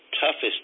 toughest